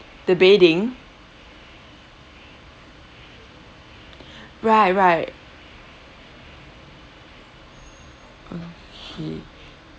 the bedding right right okay